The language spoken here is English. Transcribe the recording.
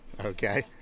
Okay